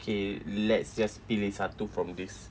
okay let's just pilih satu from this